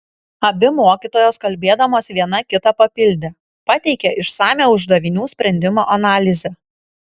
abi mokytojos kalbėdamos viena kitą papildė pateikė išsamią uždavinių sprendimo analizę